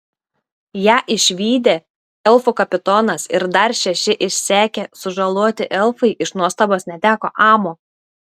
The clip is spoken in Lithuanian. ją išvydę elfų kapitonas ir dar šeši išsekę sužaloti elfai iš nuostabos neteko amo